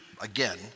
again